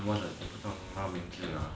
什么忘了他名字